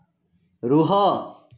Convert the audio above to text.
ରୁହ